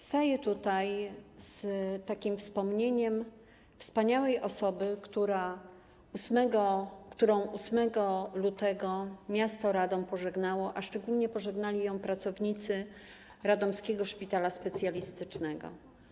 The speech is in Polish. Staję tutaj z takim wspomnieniem wspaniałej osoby, którą 8 lutego miasto Radom pożegnało, a szczególnie pożegnali ją pracownicy Radomskiego Szpitala Specjalistycznego.